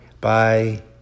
Bye